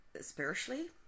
spiritually